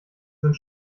sind